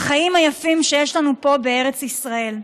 החיים היפים שיש לנו פה, בארץ ישראל.